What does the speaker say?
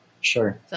Sure